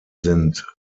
sind